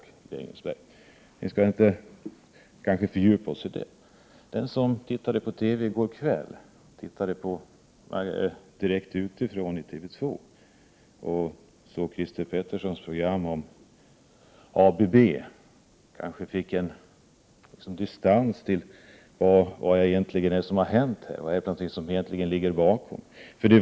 Jag skall emellertid inte fördjupa mig i detta. Den som tittade på TV-programmet Dokument utifrån med Christer Petersson i TV 2i går kväll fick kanske litet distans till vad som egentligen har hänt och vad som ligger bakom.